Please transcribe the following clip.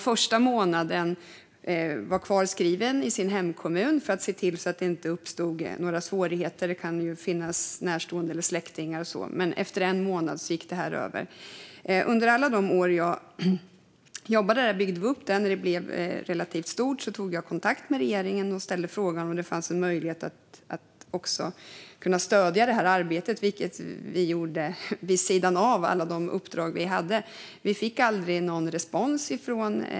Första månaden var man fortfarande skriven i sin hemkommun för att det inte skulle uppstå några svårigheter. Det kan ju finnas närstående, släktingar eller så. Men efter en månad gick det över i detta. Under alla de år jag jobbade där byggde vi upp det här nätverket. När det blev relativt stort tog jag kontakt med regeringen och ställde frågan om man hade möjlighet att stödja det här arbetet, som vi gjorde vid sidan av alla de uppdrag vi hade. Vi fick aldrig någon respons.